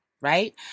right